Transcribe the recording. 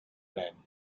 rein